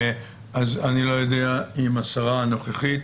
אז אני לא יודע אם השרה הנוכחית